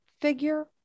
figure